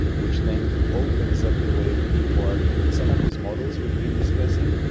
which then opens up the way for some of these models we've been discussing,